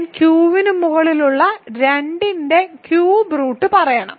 ഞാൻ Q ന് മുകളിലുള്ള 2 ന്റെ ക്യൂബ് റൂട്ട് പറയണം